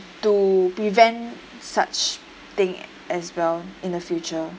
to prevent such thing as well in the future